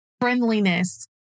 friendliness